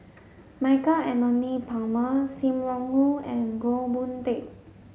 Michael Anthony Palmer Sim Wong Hoo and Goh Boon Teck